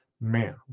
Man